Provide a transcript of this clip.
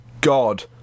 God